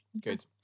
Good